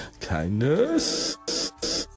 Kindness